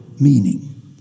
meaning